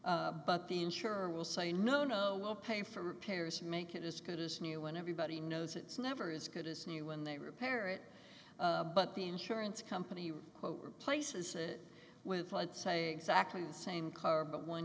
car but the insurer will say no no we'll pay for repairs make it as good as new and everybody knows it's never as good as new when they repair it but the insurance company you quote replaces it with let's say exactly the same car but one